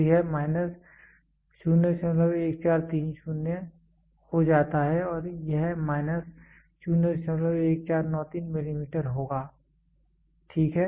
तो यह माइनस 01430 हो जाता है और यह माइनस 01493 मिलीमीटर होगा ठीक है